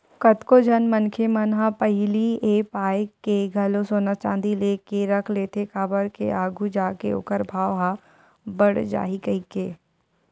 कतको झन मनखे मन ह पहिली ए पाय के घलो सोना चांदी लेके रख लेथे काबर के आघू जाके ओखर भाव ह बड़ जाही कहिके